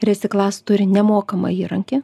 resiklas turi nemokamą įrankį